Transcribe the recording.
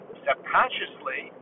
subconsciously